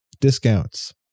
discounts